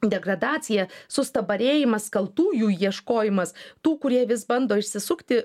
degradacija sustabarėjimas kaltųjų ieškojimas tų kurie vis bando išsisukti